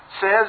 says